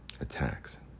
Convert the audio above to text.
attacks